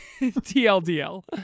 tldl